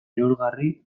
neurgarri